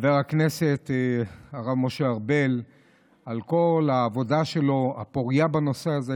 חבר הכנסת הרב משה ארבל על כל העבודה הפורייה שלו בנושא הזה,